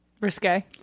risque